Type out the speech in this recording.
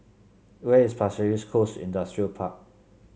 where is Pasir Ris Coast Industrial Park